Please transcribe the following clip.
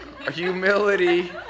Humility